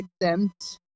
exempt